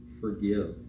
forgive